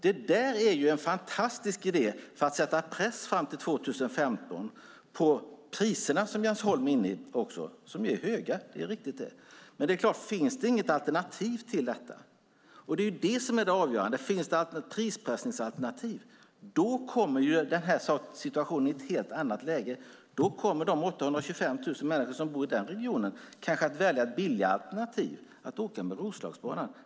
Det är en fantastisk idé för att fram till 2015 sätta press på priserna som är höga, vilket Jens Holm var inne på. Det avgörande är om det finns prispressande alternativ. Då kommer saken i ett helt annat läge, och de 825 000 människor som bor i regionen kanske väljer ett billigare alternativ, nämligen att åka med Roslagsbanan.